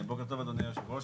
כן, בוקר טוב אדוני יושב הראש.